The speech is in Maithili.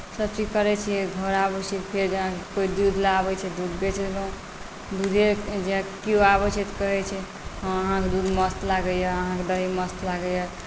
सभचीज करैत छियै घर आबैत छियै फेर जेना कोइ दूध लेल आबैत छै दूध बेच लेलहुँ दूधे जेना किओ आबैत छै तऽ कहैत छै हँ अहाँके दूध मस्त लागैए अहाँके दही मस्त लागैए